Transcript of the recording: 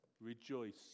Rejoice